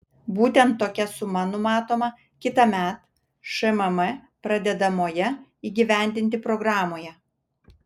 būtent tokia suma numatoma kitąmet šmm pradedamoje įgyvendinti programoje